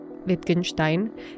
Wittgenstein